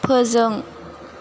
फोजों